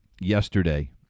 Yesterday